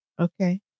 Okay